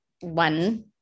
one